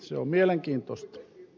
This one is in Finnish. se on mielenkiintoista